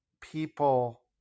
people